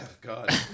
God